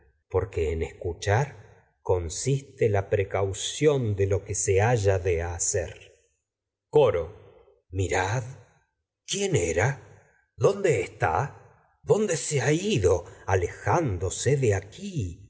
que hablan escuchar consiste la precaución de lo que se porque en haya de hacer coro mirad quién era dpnde está dónde se ha ido alejándose de aquí